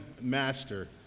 master